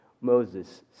Moses